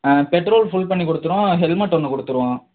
petrol full பண்ணி கொடுத்துருவோம் helmet ஒன்று கொடுத்துருவோம்